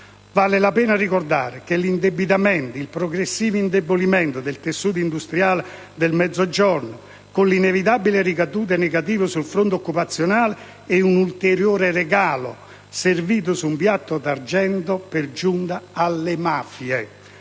Vale la pena ricordare che l'indebitamento, con il progressivo indebolimento del tessuto industriale del Mezzogiorno e le inevitabili ricadute negative sul fronte occupazionale, è un ulteriore regalo, servito su un piatto d'argento, per giunta, alle mafie.